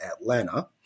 Atlanta